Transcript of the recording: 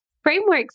Frameworks